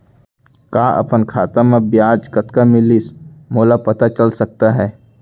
का अपन खाता म ब्याज कतना मिलिस मोला पता चल सकता है?